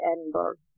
Edinburgh